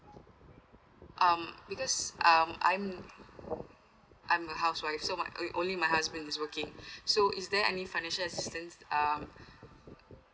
um because um I'm I'm a housewife so my only only my husband is working so is there any financial assistance um